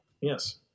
Yes